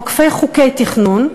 עוקפי חוקי תכנון,